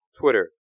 Twitter